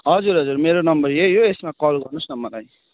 हजुर हजुर मेरो नम्बर यही हो यसमा कल गर्नुहोस् न मलाई